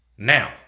Now